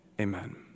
amen